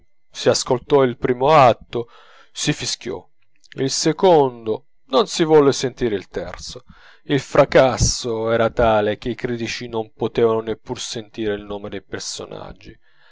si ascoltò il primo atto si fischiò il secondo e non si volle sentire il terzo il fracasso era tale che i critici non potevano neppur sentire il nome dei personaggi